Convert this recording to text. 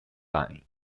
line